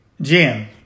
Jim